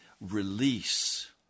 release